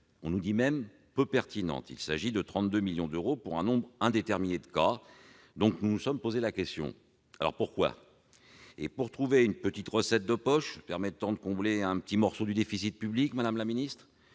voire peu pertinente. Il s'agit de 32 millions d'euros pour un nombre indéterminé de cas. Donc, nous nous sommes posé la question : pourquoi ? Pour trouver une petite recette de poche permettant de combler un petit morceau du déficit public, madame la ministre,